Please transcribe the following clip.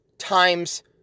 Times